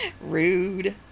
Rude